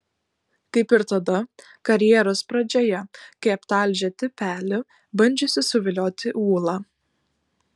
kaip ir tada karjeros pradžioje kai aptalžė tipelį bandžiusį suvilioti ūlą